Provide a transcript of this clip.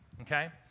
okay